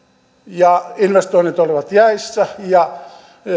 ja investoinnit olivat jäissä ja